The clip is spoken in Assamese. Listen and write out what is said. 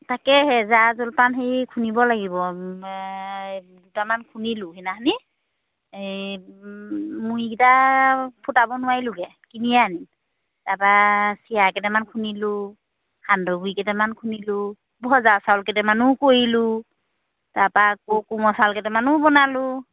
তাকেহে জা জলপান হেৰি খুন্দিব লাগিব দুটামান খুন্দিলোঁ সেইদিনাখন এই মুড়িকেইটা ফুটাব নোৱাৰিলোঁগৈ কিনিয়ে আনি তাৰাপৰা চিৰা কেইটামান খুন্দিলোঁ সান্দহ গুৰি কেইটামান খুন্দিলোঁ ভজা চাউল কেইটামানো কৰিলোঁ তাৰাপৰা ক কোমল চাউল কেইটামানো বনালোঁ